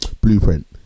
blueprint